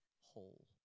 whole